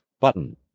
Button